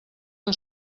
que